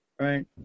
Right